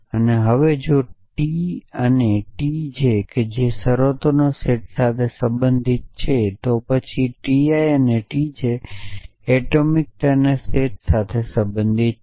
અને હવે જો ટિ અને ટીજે એ શરતોના સેટ સાથે સંબંધિત છે તો પછી ti અને tj એટોમિકના સેટ સાથે સંબંધિત છે